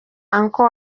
uncle